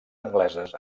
angleses